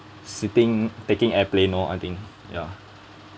sitting taking airplane lor I think ya